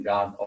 God